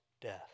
death